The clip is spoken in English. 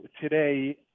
today